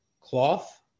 cloth